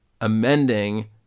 amending